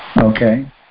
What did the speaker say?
okay